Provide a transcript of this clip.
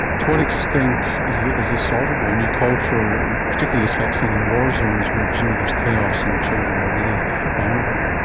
to what extent is this solvable? and you called for particularly this vaccine in war zones where presumably there is chaos and children are really vulnerable.